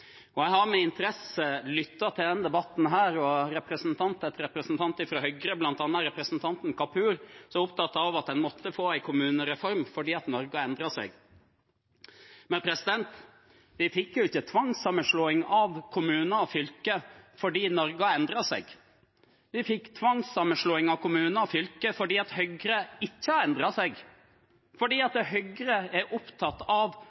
Jeg har med interesse lyttet til denne debatten og representant etter representant fra Høyre, bl.a. representanten Kapur, som var opptatt av at en måtte få en kommunereform fordi Norge har endret seg. Men vi fikk jo ikke tvangssammenslåing av kommuner og fylker fordi Norge har endret seg. Vi fikk tvangssammenslåing av kommuner og fylker fordi Høyre ikke har endret seg, fordi Høyre er opptatt av